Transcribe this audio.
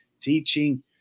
teaching